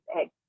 eggs